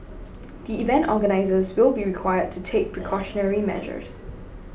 the event organisers will be required to take precautionary measures